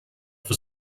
for